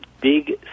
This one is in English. big